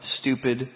stupid